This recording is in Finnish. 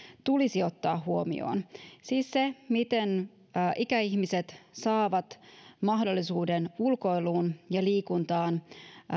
tulisi ottaa huomioon siis se miten ikäihmiset saavat mahdollisuuden ulkoiluun ja liikuntaan